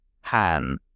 Han